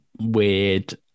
weird